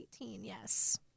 Yes